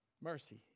Mercy